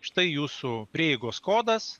štai jūsų prieigos kodas